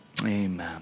Amen